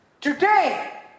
today